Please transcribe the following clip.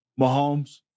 Mahomes